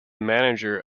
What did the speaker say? manager